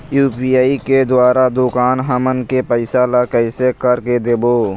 UPI के द्वारा दुकान हमन के पैसा ला कैसे कर के देबो?